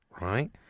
right